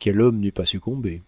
quel homme n'eût pas succombé